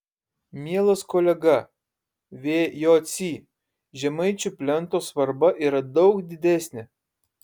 mielas kolega v jocy žemaičių plento svarba yra daug didesnė